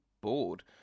bored